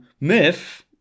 myth